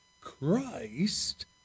Christ